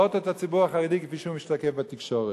לזהות את הציבור החרדי כפי שהוא משתקף בתקשורת.